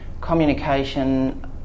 communication